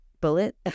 bullet